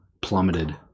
plummeted